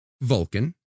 Vulcan